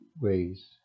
ways